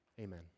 Amen